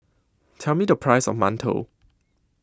Tell Me The Price of mantou